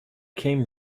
came